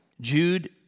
Jude